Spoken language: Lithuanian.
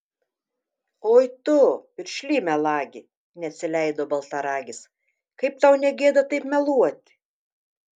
oi tu piršly melagi neatsileido baltaragis kaip tau ne gėda taip meluoti